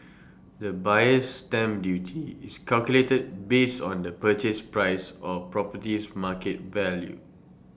the buyer's stamp duty is calculated based on the purchase price or property's market value